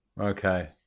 Okay